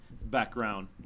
background